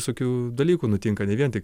visokių dalykų nutinka ne vien tik